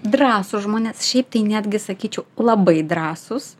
drąsūs žmonės šiaip tai netgi sakyčiau labai drąsūs